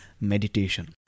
meditation